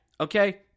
okay